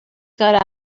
got